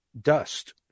dust